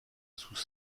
sous